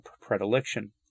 predilection